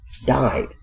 died